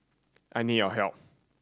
I need your help